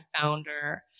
founder